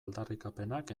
aldarrikapenak